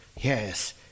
Yes